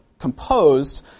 composed